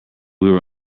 were